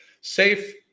Safe